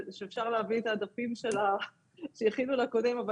שאפשר להביא את הדפים שהכינו קודמינו.